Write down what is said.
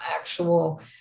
actual